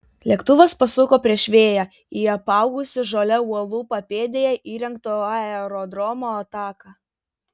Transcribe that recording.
lėktuvas pasuko prieš vėją į apaugusį žole uolų papėdėje įrengto aerodromo taką